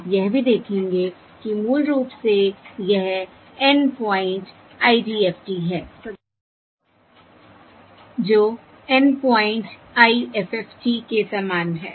आप यह भी देखेंगे कि मूल रूप से यह N प्वाइंट IDFT है जो N प्वाइंट IFFT के समान है